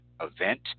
event